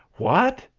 what,